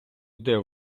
йде